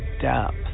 depth